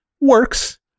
works